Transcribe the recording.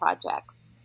projects